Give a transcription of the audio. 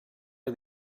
are